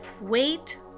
Wait